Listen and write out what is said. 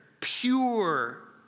pure